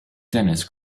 dennis